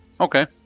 Okay